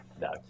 No